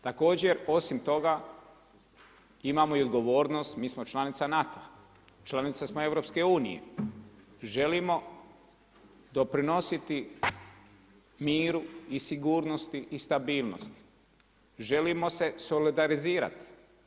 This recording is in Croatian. Također osim toga imamo i odgovornost mi smo članica NATO-a, članica smo EU, želimo doprinositi miru, sigurnosti i stabilnosti, želimo se solidarizirati.